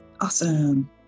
Awesome